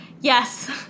Yes